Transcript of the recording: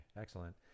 excellent